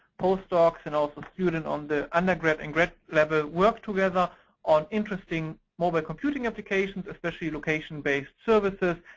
post docs, and also students on the undergrad and grad level work together on interesting mobile computing applications, especially location based services,